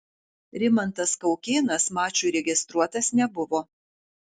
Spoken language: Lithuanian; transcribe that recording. rimantas kaukėnas mačui registruotas nebuvo